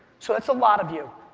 so that's a lot of you.